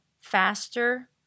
faster